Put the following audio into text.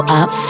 up